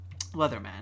Leatherman